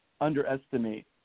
underestimate